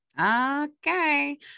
Okay